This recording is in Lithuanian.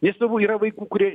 nes tėvų yra vaikų kurie